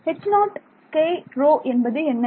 H0 kρ என்பது என்ன